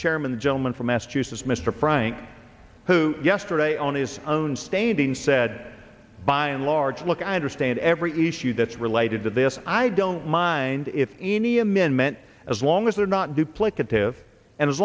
chairman the gentleman from massachusetts mr frank who yesterday on his own standing said by and large look i understand every issue that's related to this i don't mind if any amendment as long as they're not duplicative and as